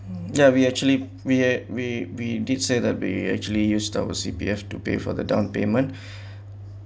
ya we actually we are we we did say the we actually used our C_P_F to pay for the down payment